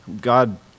God